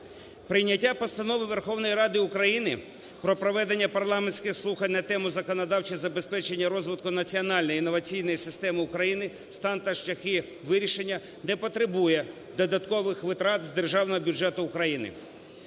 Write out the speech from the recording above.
Прийняття Постанови Верховної Ради України про проведення парламентських слухань на тему "Законодавче забезпечення розвитку національної інноваційної системи України: стан та шляхи вирішення" не потребує додаткових витрат з Державного бюджету України.